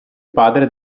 padre